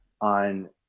on